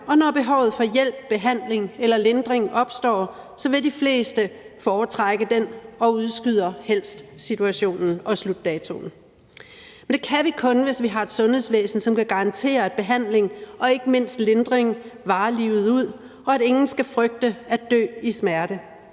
og når behovet for hjælp, behandling eller lindring opstår, vil de fleste foretrække det og helst udskyde situationen og slutdatoen. Men det kan vi kun, hvis vi har et sundhedsvæsen, som kan garantere, at behandling og ikke mindst lindring varer livet ud, og at ingen skal frygte at dø i smerte.